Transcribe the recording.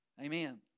Amen